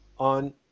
on